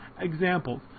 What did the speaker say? examples